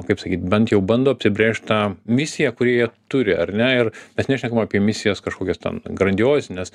kaip sakyt bent jau bando apsibrėžt tą misiją kurie ją turi ar ne ir mes nešnekam apie misijas kažkokias ten grandiozines